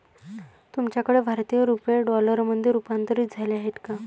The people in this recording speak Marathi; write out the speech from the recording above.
तुमच्याकडे भारतीय रुपये डॉलरमध्ये रूपांतरित झाले आहेत का?